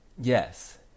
yes